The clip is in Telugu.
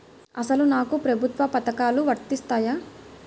అసలు నాకు ప్రభుత్వ పథకాలు వర్తిస్తాయా?